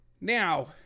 Now